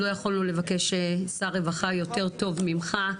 לא יכולנו לבקש שר רווחה יותר טוב ממך.